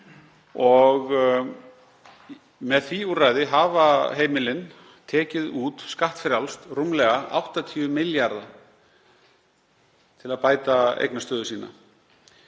Með því úrræði hafa heimilin tekið út skattfrjálst rúmlega 80 milljarða til að bæta eignastöðu sína.